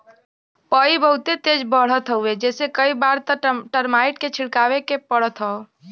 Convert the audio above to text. पई बहुते तेज बढ़त हवे जेसे कई बार त टर्माइट के छिड़कवावे के पड़त हौ